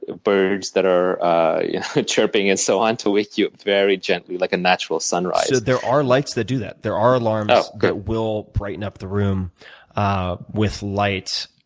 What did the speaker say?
birds that are chirping and so on to wake you up very gently, like a natural sunrise. there are lights that do that. there are alarms that will brighten up the room with light.